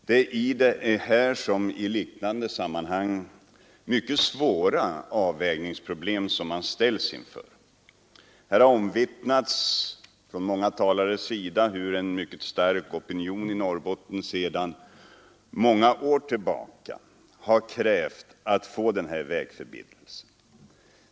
Det är i det här som i liknande sammanhang mycket svåra avvägningsproblem som man ställs inför. Här har omvittnats från många talare hur en mycket stark opinion i Norrbotten sedan många år tillbaka har krävt att få denna vägförbindelse.